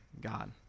God